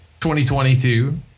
2022